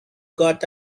got